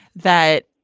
that.